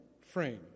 frame